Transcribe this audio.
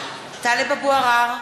טלב אבו עראר,